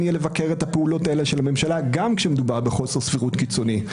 יהיה לבקר את הפעולות האלה של הממשלה גם כאשר מדובר בחוסר סבירות קיצוני.